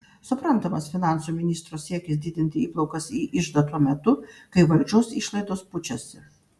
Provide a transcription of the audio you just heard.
suprantamas finansų ministro siekis didinti įplaukas į iždą tuo metu kai valdžios išlaidos pučiasi